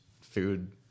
food